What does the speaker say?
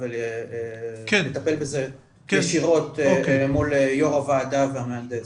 ולטפל בזה ישירות מול יו"ר הוועדה והמהנדס.